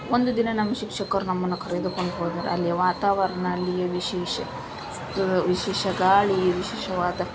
ಒಂದು ದಿನ ನಮ್ಮ ಶಿಕ್ಷಕರು ನಮ್ಮನ್ನು ಕರೆದುಕೊಂಡು ಹೋದರು ಅಲ್ಲಿಯ ವಾತಾವರಣ ಅಲ್ಲಿಯ ವಿಶೇಷ ವಿಶೇಷ ಗಾಳಿ ವಿಶೇಷವಾದ